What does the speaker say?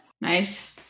Nice